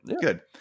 Good